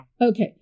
Okay